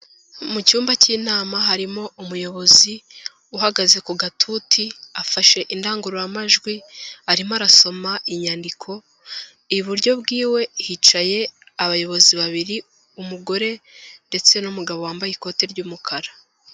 Mu cyumba cy'inama harimo umuyobozi uhagaze ku gatuti, afashe indangururamajwi, arimo arasoma inyandiko, iburyo bwiwe hicaye abayobozi babiri, umugore ndetse n'umugabo wambaye ikote ry'umukara.